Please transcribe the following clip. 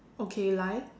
okay like